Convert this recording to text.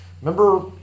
Remember